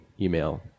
email